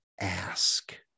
ask